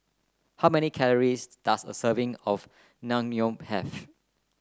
how many calories does a serving of Naengmyeon have